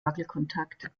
wackelkontakt